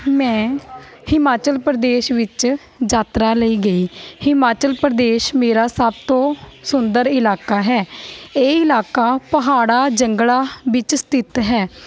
ਮੈਂ ਹਿਮਾਚਲ ਪ੍ਰਦੇਸ਼ ਵਿੱਚ ਯਾਤਰਾ ਲਈ ਗਈ ਹਿਮਾਚਲ ਪ੍ਰਦੇਸ਼ ਮੇਰਾ ਸਭ ਤੋਂ ਸੁੰਦਰ ਇਲਾਕਾ ਹੈ ਇਹ ਇਲਾਕਾ ਪਹਾੜਾਂ ਜੰਗਲਾਂ ਵਿੱਚ ਸਥਿਤ ਹੈ